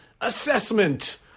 assessment